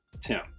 Tim